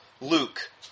Luke